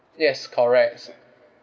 yes corrects